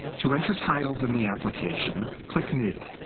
to enter titles in the application, click new.